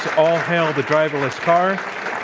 all hail the driverless car,